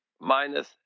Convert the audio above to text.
minus